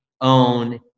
own